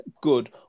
good